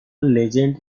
legend